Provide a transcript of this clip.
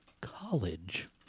college